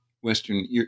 Western